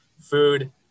food